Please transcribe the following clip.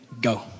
go